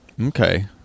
Okay